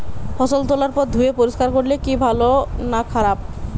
ফসল তোলার পর ধুয়ে পরিষ্কার করলে কি ভালো না খারাপ?